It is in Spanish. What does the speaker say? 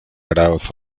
aráoz